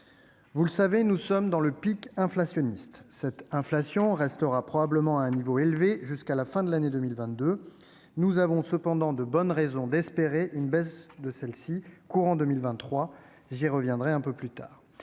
Vous le savez, nous sommes dans le pic inflationniste. Cette inflation restera probablement à un niveau élevé jusqu'à la fin de l'année 2022. Nous avons cependant de bonnes raisons d'espérer une baisse de celle-ci dans le courant de 2023 ; j'y reviendrai plus tard.